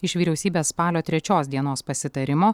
iš vyriausybės spalio trečios dienos pasitarimo